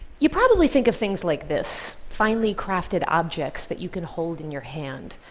you probably think of things like this, finely crafted objects that you can hold in your hand,